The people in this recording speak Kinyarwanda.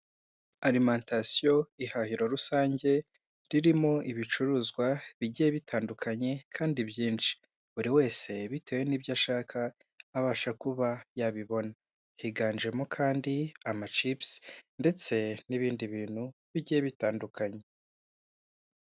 Alimantasiyo ihahira rusange ririmo ibicuruzwa bigiye bitandukanye kandi byinshi. Buri wese bitewe n'ibyo ashaka abasha kuba yabibona, higanjemo kandi amacipusi ndetse n'ibindi bintu bigiye bitandukanye.